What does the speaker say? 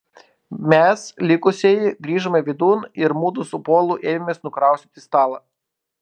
mes likusieji grįžome vidun ir mudu su polu ėmėmės nukraustyti stalą